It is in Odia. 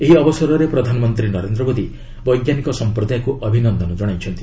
ଏହି ଅବସରରେ ପ୍ରଧାନମନ୍ତ୍ରୀ ନରେନ୍ଦ୍ର ମୋଦି ବୈଜ୍ଞାନିକ ସଂପ୍ରଦାୟକୁ ଅଭିନନ୍ଦନ ଜଣାଇଛନ୍ତି